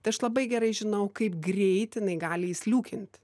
tai aš labai gerai žinau kaip greit jinai gali įsliūkint